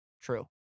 True